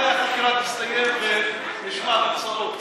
מתי החקירה תסתיים ונשמע תוצאות?